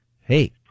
Hey